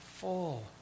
Full